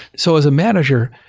so as a manager,